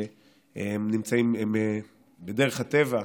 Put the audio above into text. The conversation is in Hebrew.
ובדרך הטבע,